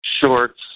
shorts